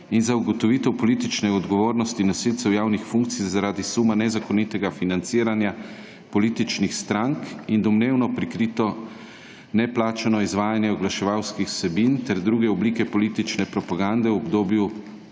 in za ugotovitev politične odgovornosti nosilcev javnih funkcij zaradi suma nezakonitega financiranja političnih strank in domnevno prikrito neplačano izvajanje oglaševalskih vsebin ter druge oblike politične propagande v obdobju